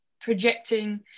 projecting